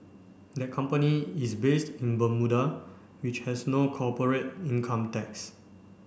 that company is based in Bermuda which has no corporate income tax